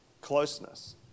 closeness